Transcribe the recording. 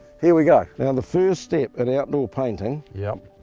here we go. now the first step at outdoor painting yeah